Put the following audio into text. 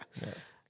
Yes